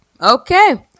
Okay